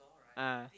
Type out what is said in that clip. ah